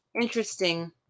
interesting